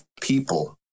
people